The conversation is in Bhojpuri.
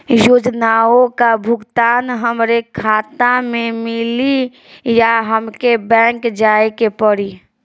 योजनाओ का भुगतान हमरे खाता में मिली या हमके बैंक जाये के पड़ी?